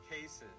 cases